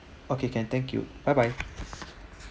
okay can thank you bye bye